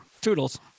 Toodles